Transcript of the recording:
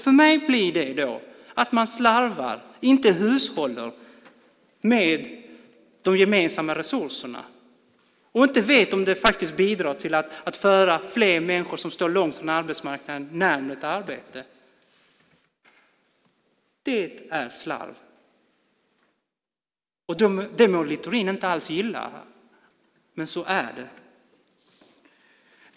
För mig blir det då att man slarvar och inte hushållar med de gemensamma resurserna. Man vet inte om det faktiskt bidrar till att föra fler människor som står långt från arbetsmarknaden närmare ett arbete. Det är slarv. Det må Littorin inte alls gilla, men så är det.